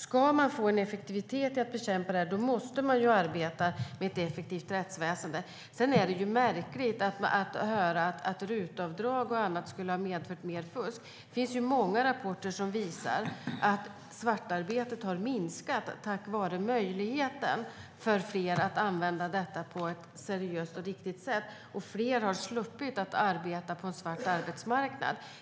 Ska man få en effektivitet i bekämpandet måste man arbeta med ett effektivt rättsväsen. Sedan är det märkligt att höra att RUT-avdrag och annat skulle ha medfört mer fusk. Många rapporter visar att svartarbetet har minskat tack vare möjligheten för fler att använda avdraget på ett seriöst och riktigt sätt. Fler har sluppit arbeta på en svart arbetsmarknad.